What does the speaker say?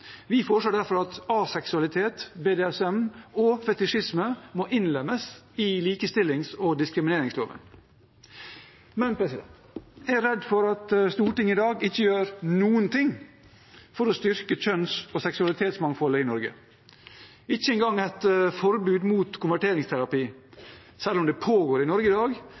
Vi foreslår derfor at aseksualitet, BDSM og fetisjisme må innlemmes i likestillings- og diskrimineringsloven. Men jeg er redd for at Stortinget i dag ikke gjør noen ting for å styrke kjønns- og seksualitetsmangfoldet i Norge, ikke engang et forbud mot konverteringsterapi – selv om det pågår i Norge i dag,